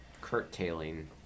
curtailing